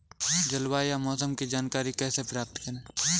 जलवायु या मौसम की जानकारी कैसे प्राप्त करें?